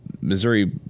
Missouri